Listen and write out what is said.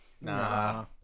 Nah